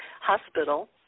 hospital